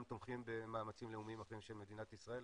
תומכים במאמצים לאומיים אחרים של מדינת ישראל.